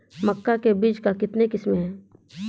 मक्का के बीज का कितने किसमें हैं?